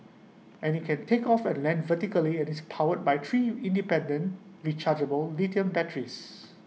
and IT can take off and land vertically and is powered by three independent rechargeable lithium batteries